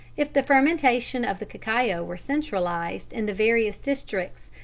if the fermentation of the cacao were centralised in the various districts,